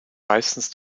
meistens